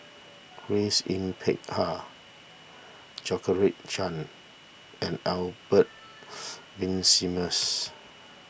Grace Yin Peck Ha Georgette Chen and Albert Winsemius